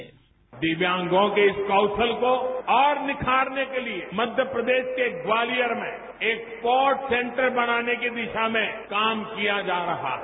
bite दिव्यांगों के इस कौशल को और निखारने के लिए मध्य प्रदेश के ग्वालियर में एक स्पोर्ट सेंटर बनाने की दिशा में काम किया जा रहा है